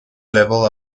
level